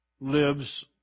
lives